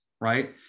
right